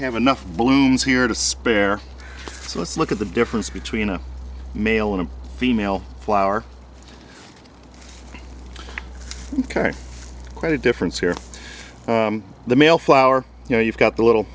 have enough balloons here to spare so let's look at the difference between a male and female flower quite a difference here the male flower you know you've got the little